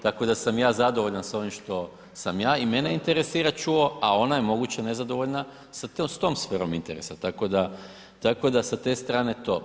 Tako da sam ja zadovoljan s ovim što sam ja i mene interesira čuo, a ona je moguće nezadovoljna s tom sferom interesa, tako da sa te strane to.